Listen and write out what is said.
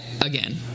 again